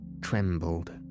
trembled